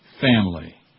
family